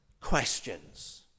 questions